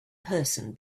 person